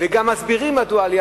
גם מסבירים את העלייה,